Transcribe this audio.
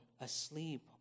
asleep